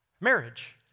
Marriage